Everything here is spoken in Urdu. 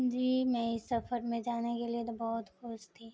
جی میں اس سفر میں جانے کے لیے تو بہت خوش تھی